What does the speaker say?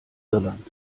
irland